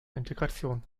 integration